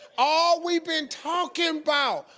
all we've been talkin' about,